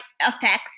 effects